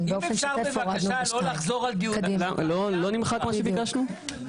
אם אפשר בבקשה לא לחזור על דיון --- לא נמחק מה שביקשנו?